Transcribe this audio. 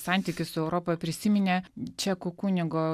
santykį su europa prisiminė čekų kunigo